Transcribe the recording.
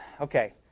okay